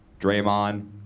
Draymond